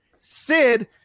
sid